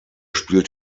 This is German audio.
spielt